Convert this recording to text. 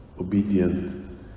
obedient